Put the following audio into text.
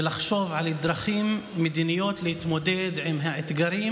ולחשוב על דרכים מדיניות להתמודד עם האתגרים,